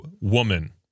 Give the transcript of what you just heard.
woman